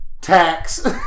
tax